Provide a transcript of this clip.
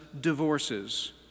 divorces